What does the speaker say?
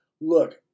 Look